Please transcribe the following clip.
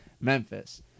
Memphis